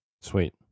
Sweet